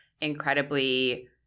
incredibly